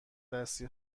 دستی